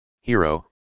Hero